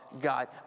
God